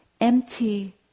empty